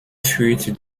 führt